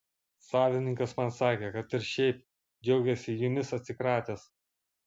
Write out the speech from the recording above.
savininkas man sakė kad ir šiaip džiaugiasi jumis atsikratęs